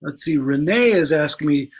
but see renee is asking me,